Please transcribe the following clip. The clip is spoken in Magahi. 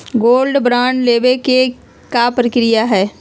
गोल्ड बॉन्ड लेवे के का प्रक्रिया हई?